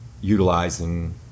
utilizing